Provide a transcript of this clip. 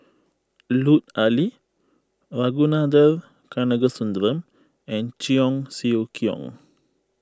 Lut Ali Ragunathar Kanagasuntheram and Cheong Siew Keong